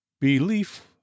Belief